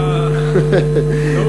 אדוני,